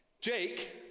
Jake